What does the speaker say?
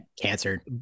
cancer